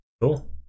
Cool